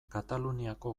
kataluniako